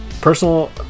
personal